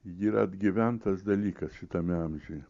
yra atgyventas dalykas šitame amžiuje